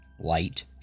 Light